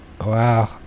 wow